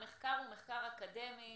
המחקר הוא מחקר אקדמי